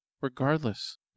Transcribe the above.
Regardless